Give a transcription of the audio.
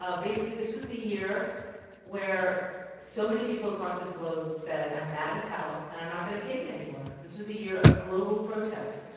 ah basically, this was the year where so many people across the globe said, i'm mad as hell, and i'm not going to take it anymore. this was a year of global protests,